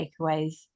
takeaways